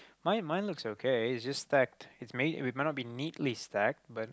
mine mine looks okay is just stacked it ma~ it might not be neatly stacked but